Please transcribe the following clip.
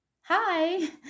hi